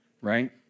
right